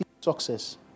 success